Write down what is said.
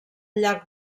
llarg